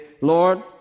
Lord